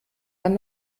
dann